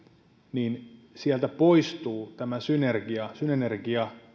niin sieltä poistuu tämä synergia synergia